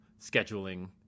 scheduling